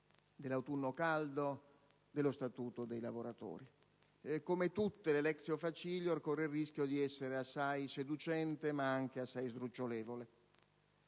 dell'«autunno caldo», dello Statuto dei lavoratori. Come ogni *lectio facilior*, corre il rischio di essere assai seducente, ma anche molto sdrucciolevole.